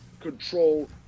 control